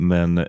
Men